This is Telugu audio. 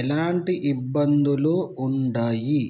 ఎలాంటి ఇబ్బందులూ వుండయి